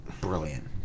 brilliant